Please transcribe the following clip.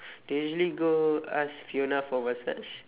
they usually go ask fiona for massage